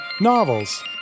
novels